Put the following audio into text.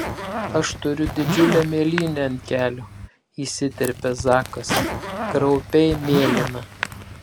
aš turiu didžiulę mėlynę ant kelio įsiterpia zakas kraupiai mėlyna